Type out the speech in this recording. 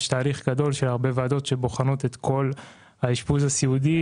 יש תהליך גדול של הרבה ועדות שבוחנות את כל האשפוז הסיעודי,